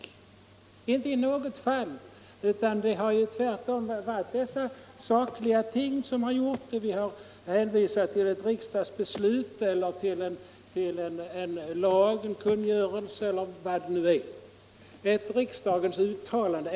Det har inte skett i något fall, utan det har tvärtom rört sig om dessa sakliga ting. Vi har hänvisat till ett riksdagsbeslut, en lag, en kungörelse eller till riksdagens uttalande.